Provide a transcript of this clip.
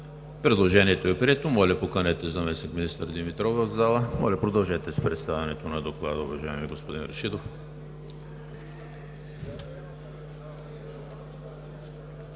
Предложението е прието. Моля, поканете заместник-министър Димитров в залата. Моля, продължете с представянето на Доклада, уважаеми господин Рашидов.